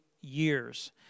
years